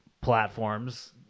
platforms